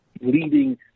leading